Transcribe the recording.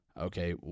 okay